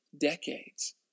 decades